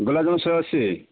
ଗୋଲାପଜାମୁନ ଶହେ ଅଶି